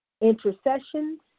intercessions